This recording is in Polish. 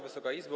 Wysoka Izbo!